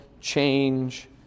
change